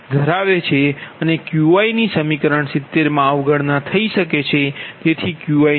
અને Qiની સમીકરણ 70 માં અવગણના થઈ શકે છે તેથી Qiને છોડો